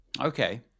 Okay